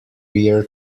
year